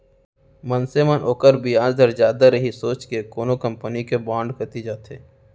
मनसे मन ओकर बियाज दर जादा रही सोच के कोनो कंपनी के बांड कोती जाथें